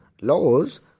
laws